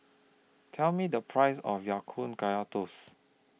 Tell Me The Price of Ya Kun Kaya Toast